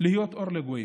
להיות אור לגויים,